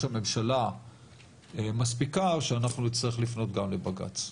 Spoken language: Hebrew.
הממשלה מספיקה או שאנחנו נצטרך לפנות גם לבג"צ.